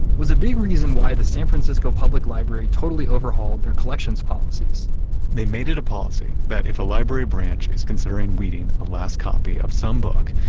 was a big reason why the san francisco public library totally overhauled their collections policies they made it a policy that if a library branch is considering weeding a last copy of some book,